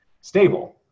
stable